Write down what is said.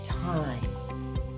time